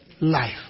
life